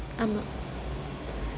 ஆமா:aamaa